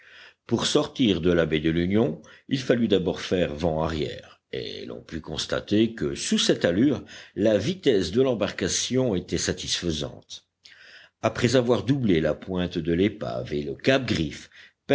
pour sortir de la baie de l'union il fallut d'abord faire vent arrière et l'on put constater que sous cette allure la vitesse de l'embarcation était satisfaisante après avoir doublé la pointe de l'épave et le cap griffe